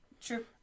True